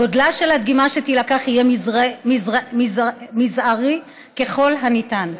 גודלה של הדגימה שתילקח יהיה מזערי ככל הניתן.